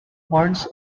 horns